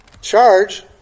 charge